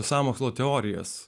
sąmokslo teorijas